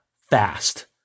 fast